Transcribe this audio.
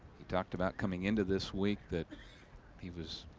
he talked about coming into this week that he was